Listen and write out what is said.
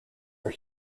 are